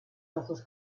ossos